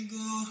go